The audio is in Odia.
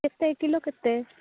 କେତେ କିଲୋ କେତେ